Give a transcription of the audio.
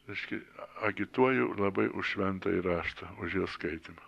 reiškia agituoju labai už šventąjį raštą už jo skaitymą